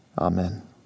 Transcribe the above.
Amen